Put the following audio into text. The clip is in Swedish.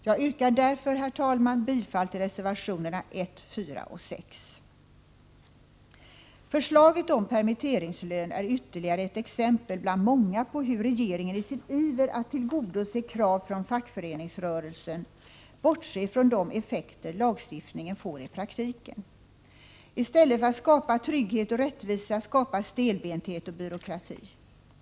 Jag yrkar därför, herr talman, bifall till reservationerna 1, 4 och 6. Förslaget om permitteringslön är ytterligare ett exempel bland många på hur regeringen i sin iver att tillgodose krav från fackföreningsrörelsen bortser från de effekter lagstiftningen får i praktiken. I stället för att skapa trygghet och rättvisa skapas stelbenthet och byråkrati.